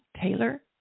Taylor